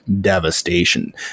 devastation